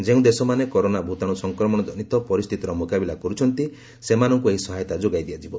ଯେଉଁଦେଶମାନେ corona ଭୂତାଣୁ ସଂକ୍ରମଣ ଜନିତ ପରିସ୍ଥିତିର ମୁକାବିଲା କରୁଛନ୍ତି ସେମାନଙ୍କୁ ଏହି ସହାୟତା ଯୋଗାଇ ଦିଆଯିବ